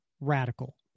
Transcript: Radical